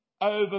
over